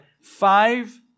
five